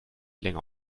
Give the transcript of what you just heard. länger